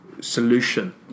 Solution